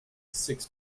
six